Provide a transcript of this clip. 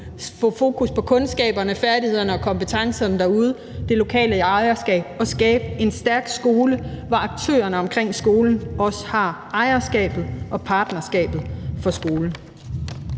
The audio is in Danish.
med fokus på kundskaberne, færdigheder og kompetencerne derude. Det handler om det lokale ejerskab og om at skabe en stærk skole, hvor aktørerne omkring skolen også har ejerskabet til og partnerskabet i skolen.